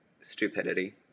stupidity